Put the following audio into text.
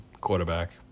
quarterback